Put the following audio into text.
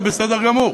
זה בסדר גמור.